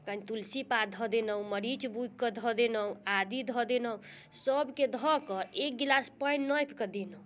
कनि तुलसी पात धऽ देलहुँ मरीच बुकि के धऽ देलहुँ आदि धऽ देलहुँ सबके धऽ कऽ एक गिलास पानि नापिके देलहुँ